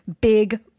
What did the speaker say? big